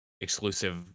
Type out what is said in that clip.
exclusive